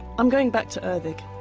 i'm going back to erddig.